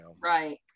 Right